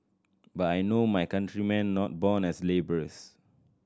but I know my countrymen not born as labourers